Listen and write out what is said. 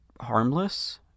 harmless